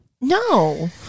No